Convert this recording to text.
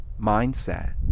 mindset